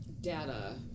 data